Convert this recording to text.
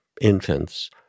infants